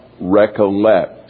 recollect